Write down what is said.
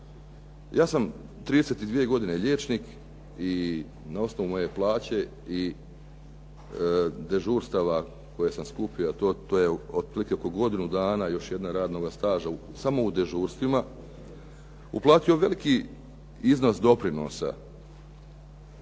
ja sam 32 godine liječnik i na osnovu moje plaće i dežurstava a to je otprilike kao godinu dana još jednog radnog staža samo u dežurstvima, uplatio veliki iznos doprinosa,